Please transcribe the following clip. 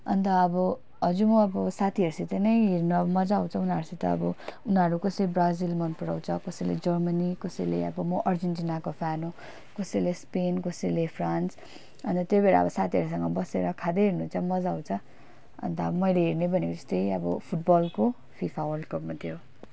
अन्त आबो हजुर मो आबो साथीहरूसित नै हेर्न मज्जा आउँछ उनाहरूसित आबो उनाहरू कोसैले ब्राजिल मनपराउँच कोसैले जर्मनी कोसैले आबो मो अर्जेन्टीनाको फ्यान हो कोसैले स्पेन कोसैले फ्रान्स अन्त त्यै भएर आबो साथीहरूसँग बसेर खाँदै हेर्नु चैँ मज्जा आउँछ अन्त मैले हेर्ने भनेको चैँ त्यै आबो फुटबलको फिफा वर्ल्ड कप मत्रै हो